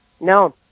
No